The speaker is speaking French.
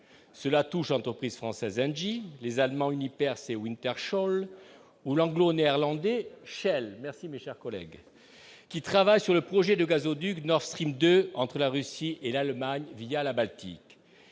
cela touche entreprises français Engie les allemands Uniper c'est Wintershall ou l'anglo-néerlandais Shell, merci, mes chers collègues qui travaillent sur le projet de gazoduc Nord Stream 2 entre la Russie et l'Allemagne via la Baltique